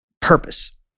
purpose